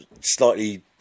slightly